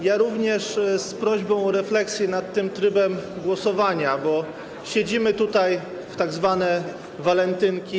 Ja również z prośbą o refleksję nad tym trybem głosowania, bo siedzimy tutaj, w tzw. walentynki.